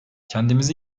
kendimizi